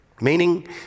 meaning